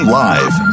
live